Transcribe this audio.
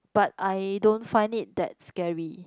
but I don't find it that scary